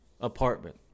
apartment